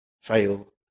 fail